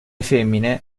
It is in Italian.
femmine